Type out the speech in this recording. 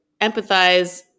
empathize